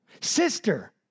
sister